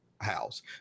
house